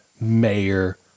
Mayor